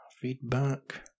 feedback